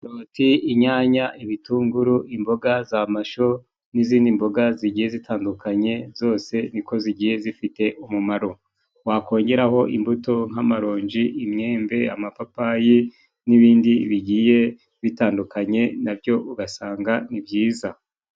Karoti, inyanya, ibitunguru, imboga z'amashu n'izindi mboga zigiye zitandukanye zose niko zigiye zifite umumaro. Wakongeraho imbuto nk'amaronji, imyembe, amapapayi n'ibindi bigiye bitandukanye na byo ugasanga ni byiza.